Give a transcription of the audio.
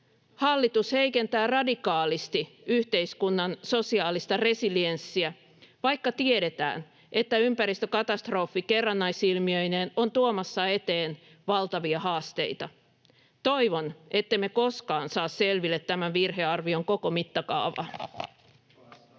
hallitus heikentää radikaalisti yhteiskunnan sosiaalista resilienssiä, vaikka tiedetään, että ympäristökatastrofi kerrannaisilmiöineen on tuomassa eteen valtavia haasteita. Toivon, ettemme koskaan saa selville tämän virhearvion koko mittakaavaa.